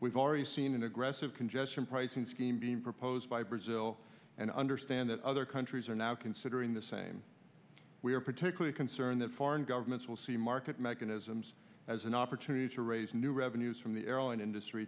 we've already seen an aggressive congestion pricing scheme being proposed by brazil and i understand that other countries are now considering the same we are particularly concerned that foreign governments will see market mechanisms as an opportunity to raise new revenues from the airline industry